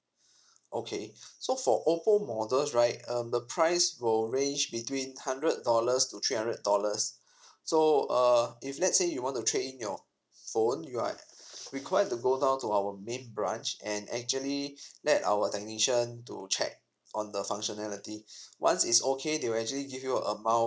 okay so for oppo models right um the price will range between hundred dollars to three hundred dollars so uh if let's say you want to trade in your phone you are required to go down to our main branch and actually let our technician to check on the functionality once it's okay they will actually give you a amount